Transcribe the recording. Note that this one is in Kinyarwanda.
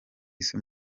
isi